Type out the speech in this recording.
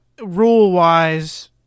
rule-wise